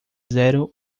zero